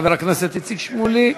חבר הכנסת איציק שמולי,